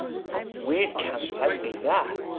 what weird campaign be that?